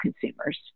consumers